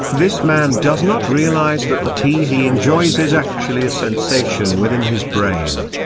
this man does not realize that the tea he enjoys is actually a sensation within his brain.